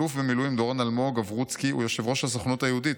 אלוף במילואים דורון אלמוג אברוצקי הוא יושב-ראש הסוכנות היהודית,